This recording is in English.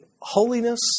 holiness